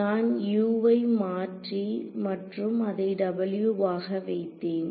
நான் U ஐ மாற்றி மற்றும் அதை w ஆக வைத்தேன்